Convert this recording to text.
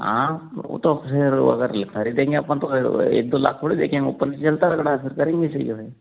हाँ वह तो फिर वह अगर ख़रीदेंगे अपन तो एक दो लाख थोड़ी देंखेंगे ऊपर नीचे चलता है करेंगे इसी में जो है